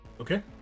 okay